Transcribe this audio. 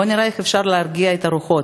בוא נראה איך אפשר להרגיע את הרוחות.